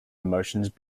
emotions